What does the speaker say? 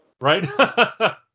Right